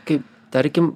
kaip tarkim